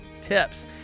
tips